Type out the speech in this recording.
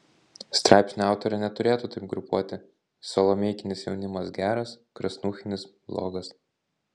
straipsnio autorė neturėtų taip grupuoti salomeikinis jaunimas geras krasnuchinis blogas